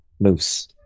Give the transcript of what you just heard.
moose